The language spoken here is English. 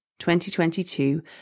2022